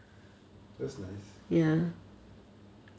that's nice